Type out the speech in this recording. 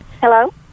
Hello